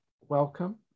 welcome